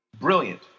brilliant